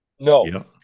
No